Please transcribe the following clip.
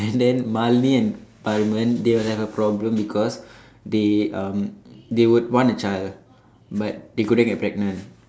and then Malene and Varman they will have a problem because they um they would want a child but they couldn't get pregnant